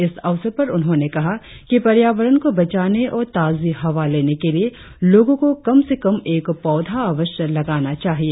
इस अवसर पर उन्होंने कहा कि पर्यावरण को बचाने और ताजी हवा लेने के लिए लोगों को कम से कम एक पौधा अवश्य लगाना चाहिए